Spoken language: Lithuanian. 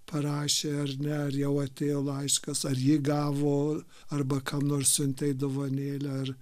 parašė ar ne ar jau atėjo laiškas ar jį gavo arba kam nors siuntei dovanėlę ar